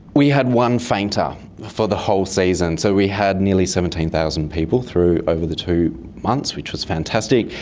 we had one fainter for the whole season. so we had nearly seventeen thousand people through over the two months, which was fantastic,